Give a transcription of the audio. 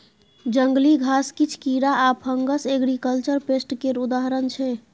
जंगली घास, किछ कीरा आ फंगस एग्रीकल्चर पेस्ट केर उदाहरण छै